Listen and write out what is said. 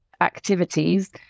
activities